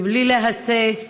מבלי להסס,